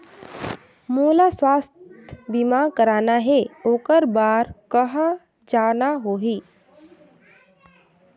मोला स्वास्थ बीमा कराना हे ओकर बार कहा जाना होही?